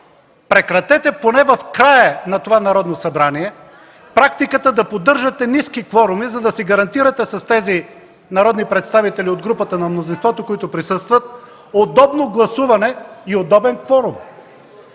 прекратете поне в края на това Народно събрание практиката да поддържате ниски кворуми, за да си гарантирате с тези народни представители от групата на мнозинството, които присъстват, удобно гласуване и удобен кворум.